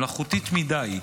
מלאכותית מדי,